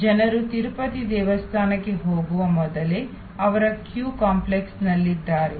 ಆದ್ದರಿಂದ ಜನರು ತಿರುಪತಿ ದೇವಸ್ಥಾನಕ್ಕೆ ಹೋಗುವ ಮೊದಲೇ ಅವರು ಸರದಿ ಕಾಂಪ್ಲೆಕ್ಸ್ನಲ್ಲಿದ್ದಾರೆ